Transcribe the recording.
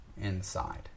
inside